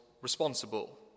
responsible